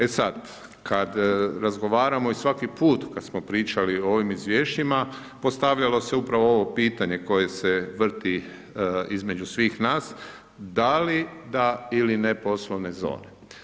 E sad, kad razgovaramo i svaki put kad smo pričali o ovim Izvješćima, postavljalo se upravo ovo pitanje koje se vrti između svih nas, da li da ili ne poslovne zone.